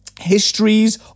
histories